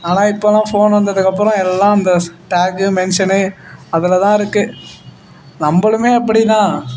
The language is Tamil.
ஆனால் இப்போல்லாம் ஃபோன் வந்ததுக்கப்புறம் எல்லாம் இந்த ச டேகு மென்ஷனு அதில் தான் இருக்குது நம்மளுமே அப்படி தான்